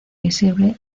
visible